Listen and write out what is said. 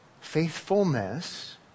faithfulness